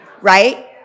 Right